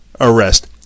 arrest